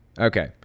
Okay